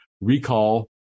recall